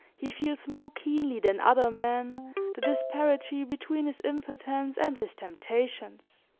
he feels more keenly than other men the disparity between his impotence and his temptations,